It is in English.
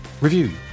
Review